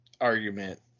argument